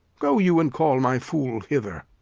go you and call my fool hither.